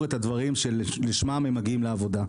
את הדברים שלשמם הם מגיעים לעבודה.